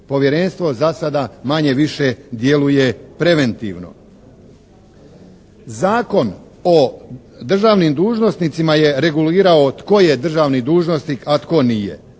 Povjerenstvo za sada manje-više djeluje preventivno. Zakon o državnim dužnosnicima je regulirao tko je državni dužnosnik a tko nije?